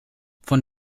von